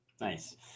Nice